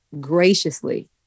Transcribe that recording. graciously